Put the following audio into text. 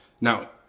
now